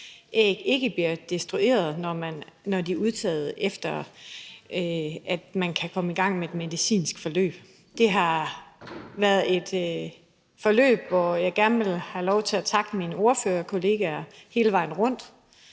ikke bliver destrueret, når de er udtaget, efter man kan komme i gang med et medicinsk forløb. Det har været et forløb, hvor jeg gerne vil have lov til at takke mine ordførerkollegaer hele vejen rundt,